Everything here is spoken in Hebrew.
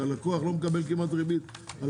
שהלקוח לא מקבל כמעט ריבית על